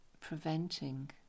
preventing